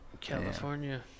California